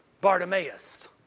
Bartimaeus